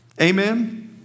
Amen